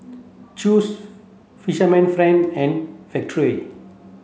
Chew's Fisherman friend and Factorie